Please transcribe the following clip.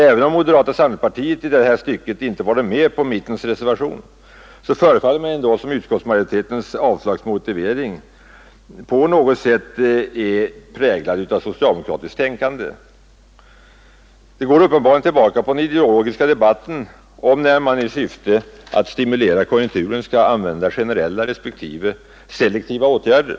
Även om moderata samlingspartiet i det fallet inte har blivit med på mittenpartiernas reservation förefaller det mig som om motiveringen för utskottsmajoritetens avslagsyrkande på något sätt är präglad av socialdemokratiskt tänkande. Det går uppenbarligen tillbaka på den ideologiska debatten om man i syfte att stimulera konjunkturen skall använda generella eller selektiva åtgärder.